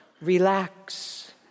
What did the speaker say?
Relax